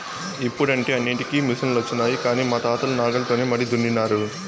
ఇప్పుడంటే అన్నింటికీ మిసనులొచ్చినాయి కానీ మా తాతలు నాగలితోనే మడి దున్నినారు